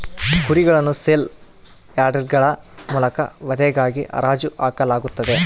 ಕುರಿಗಳನ್ನು ಸೇಲ್ ಯಾರ್ಡ್ಗಳ ಮೂಲಕ ವಧೆಗಾಗಿ ಹರಾಜು ಹಾಕಲಾಗುತ್ತದೆ